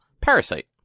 Parasite